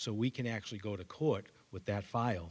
so we can actually go to court with that file